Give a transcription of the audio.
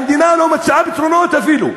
והמדינה לא מציעה פתרונות, אפילו.